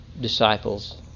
disciples